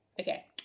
Okay